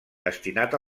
destinat